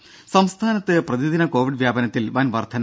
ദേദ സംസ്ഥാനത്ത് പ്രതിദിന കോവിഡ് വ്യാപനത്തിൽ വൻ വർദ്ധന